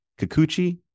Kikuchi